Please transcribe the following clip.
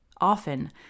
Often